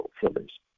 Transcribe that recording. fillers